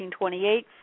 1928